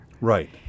Right